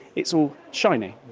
it's all shiny.